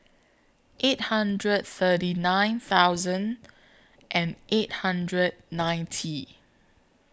eight thousand thirty nine thousand and eight hundred ninety